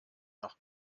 nach